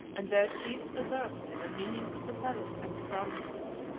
and their chiefs usurped the dominion of the palace and the provinces.